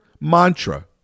mantra